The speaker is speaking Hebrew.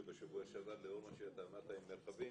בשבוע שעבר לאור מה שאתה אמרת עם מרחבים